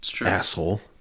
Asshole